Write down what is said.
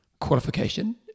qualification